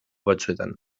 batzuetan